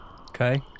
Okay